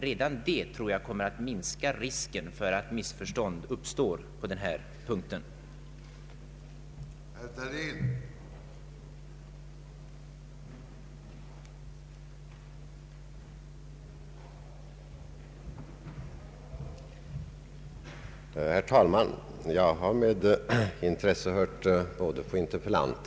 Redan detta kommer att minska risken för att missförstånd uppstår i fråga om vapenfrilagens tillämpning.